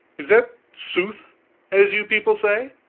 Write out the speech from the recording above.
is that sooth' as you people say?